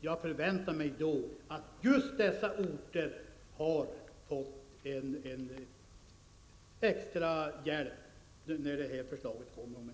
Jag väntar mig då att just dessa orter får en extra hjälp när förslaget kommer om en månad.